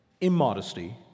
Immodesty